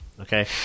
Okay